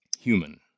Human